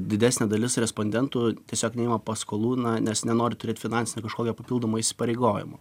didesnė dalis respondentų tiesiog neima paskolų na nes nenori turėti finansinio kažkokio papildomo įsipareigojimo